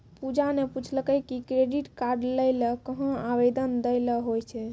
पूजा ने पूछलकै कि क्रेडिट कार्ड लै ल कहां आवेदन दै ल होय छै